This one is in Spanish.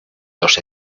dos